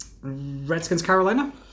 Redskins-Carolina